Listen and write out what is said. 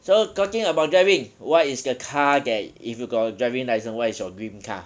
so talking about driving what is the car that if you got a driving licence what is your dream car